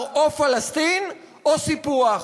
הוא אמר: או פלסטין או סיפוח.